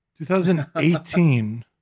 2018